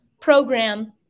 program